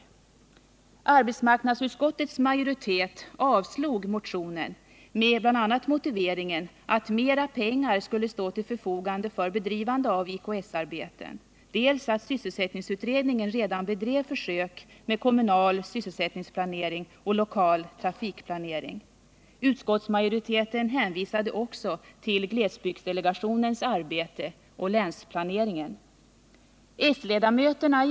61 Arbetsmarknadsutskottets majoritet avstyrkte motionen med motiveringen bl.a. att mera pengar skulle stå till förfogande för bedrivande av IKS arbeten och att sysselsättningsutredningen redan bedrev försök med kommunal sysselsättningsplanering och lokal trafikplanering. Utskottsmajoriteten hänvisade också till glesbygdsdelegationens arbete och länsplaneringen.